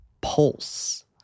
Pulse